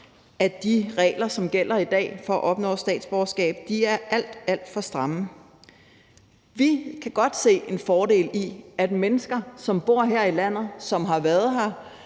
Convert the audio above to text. at de regler, som gælder i dag, for at opnå statsborgerskab er alt, alt for stramme. Vi kan godt se en fordel i, at mennesker, som bor her i landet; som har været her